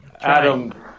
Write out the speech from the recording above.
adam